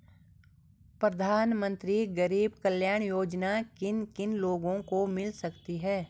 प्रधानमंत्री गरीब कल्याण योजना किन किन लोगों को मिल सकती है?